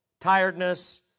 tiredness